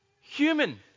Human